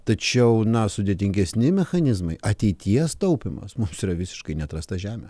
tačiau na sudėtingesni mechanizmai ateities taupymas mums yra visiškai neatrasta žemė